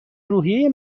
روحیه